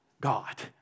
God